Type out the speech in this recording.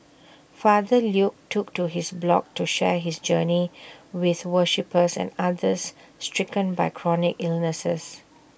father Luke took to his blog to share his journey with worshippers and others stricken by chronic illnesses